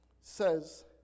says